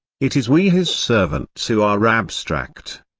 it is we his servants who are abstract.